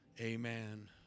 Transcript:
amen